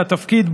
לתפקיד,